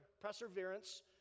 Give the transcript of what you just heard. perseverance